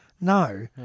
no